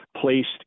placed